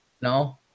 No